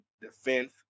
defense